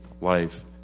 life